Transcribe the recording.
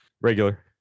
Regular